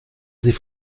sie